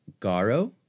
Garo